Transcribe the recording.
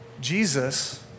Jesus